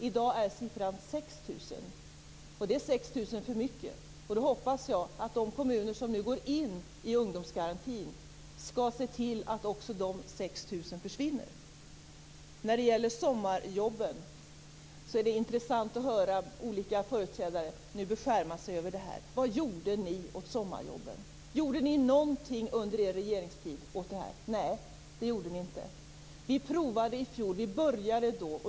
I dag är siffran 6 000, och det är 6 000 för mycket. Jag hoppas att de kommuner som nu går in i ungdomsgarantin skall se till att också dessa 6 000 försvinner. Det är intressant att höra olika företrädare beskärma sig över sommarjobben. Vad gjorde ni åt sommarjobben? Gjorde ni någonting under er regeringstid åt det? Nej, det gjorde ni inte. Vi började i fjol.